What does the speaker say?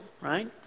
right